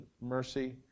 mercy